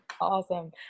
awesome